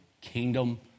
Kingdom